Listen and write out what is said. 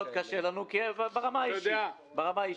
קשה לנו מאוד ברמה האישית.